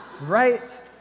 right